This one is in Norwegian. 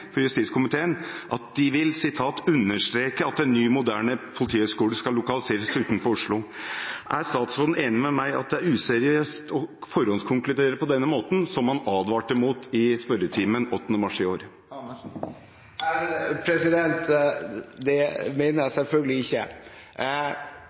for justiskomiteen at de vil «understreke at en ny, moderne PHS skal lokaliseres utenfor Oslo». Er statsråden enig med meg i at det er useriøst å forhåndskonkludere på denne måten, slik han advarte mot i spørretimen den 8. mars i år? Det mener jeg